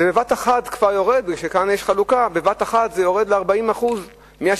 בבת אחת זה כבר יורד ל-40% מ-61%,